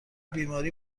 بیماری